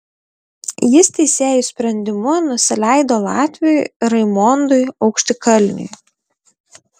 jis teisėjų sprendimu nusileido latviui raimondui aukštikalniui